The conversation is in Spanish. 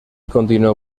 continuó